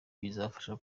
bikazafasha